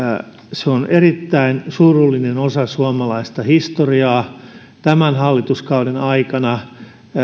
se on erittäin surullinen osa suomalaista historiaa tämän hallituskauden aikana